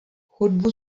hudbu